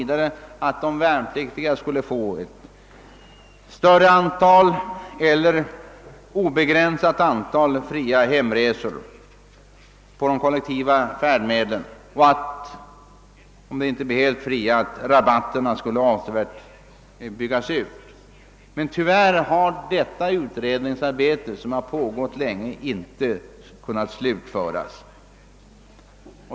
— om att de värnpliktiga skulle få ett större eller obegränsat antal fria hemresor på de kollektiva färdmedlen och att — om resorna inte kan bli helt fria — rabattförmånerna skulle byggas ut. Men tyvärr har detta utredningsarbete, som pågått länge, ännu inte kunnat slutföras.